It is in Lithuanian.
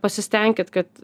pasistenkit kad